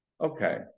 okay